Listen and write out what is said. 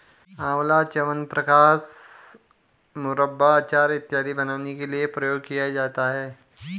आंवला च्यवनप्राश, मुरब्बा, अचार इत्यादि बनाने के लिए प्रयोग किया जाता है